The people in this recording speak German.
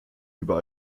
über